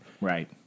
Right